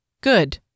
Good